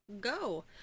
Go